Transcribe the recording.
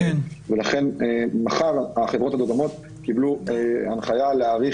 --- מחר החברות הדוגמות קיבלו הנחיה להאריך